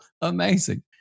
amazing